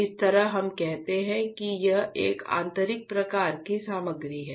इस तरह हम कहते हैं कि यह एक आंतरिक प्रकार की सामग्री है